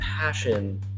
passion